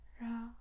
ra